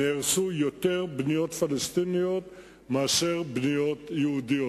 נהרסו יותר מבנים פלסטיניים מאשר מבנים יהודיים.